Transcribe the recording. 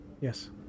Yes